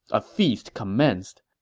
a feast commenced.